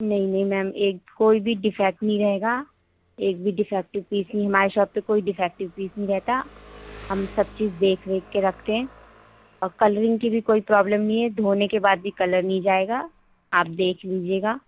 نہیں نہیں میم ایک کوئی بھی ڈیفیکٹ نہیں رہے گا ایک بھی ڈیفیکٹیو پیس نہیں ہمارے شاپ پہ کوئی ڈیفیکٹیو پیس نہیں رہتا ہم سب چیز دیکھ ویکھ کے رکھتے ہیں اور کلرنگ کی بھی کوئی پرابلم نہیں ہے دھونے کے بعد بھی کلر نہیں جائے گا آپ دیکھ لیجیے گا